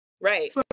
right